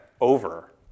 over